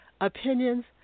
opinions